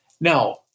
Now